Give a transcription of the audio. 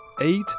eight